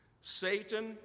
Satan